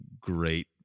great